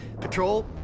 patrol